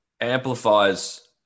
amplifies